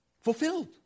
Fulfilled